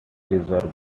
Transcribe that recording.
reserved